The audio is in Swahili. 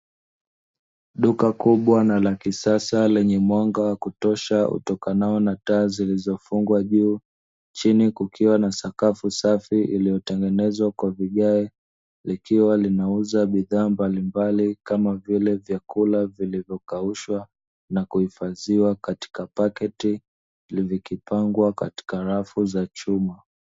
Duka kubwa na la kisasa lenye mwanga wa kutosha utokanao na taa zilizofungwa juu, chini kukiwa na sakafu safi iliyotengenzwa kwa vigae likiwa linauza bidhaa mbalimbali kama vile vyakula vilivyokaushwa, na kuhifadhiwa katika paketi vikipangwa katika rafu za chuma.